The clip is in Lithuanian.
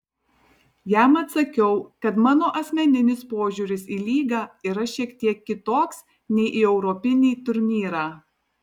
jam atsakiau kad mano asmeninis požiūris į lygą yra šiek tiek kitoks nei į europinį turnyrą